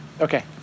Okay